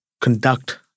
conduct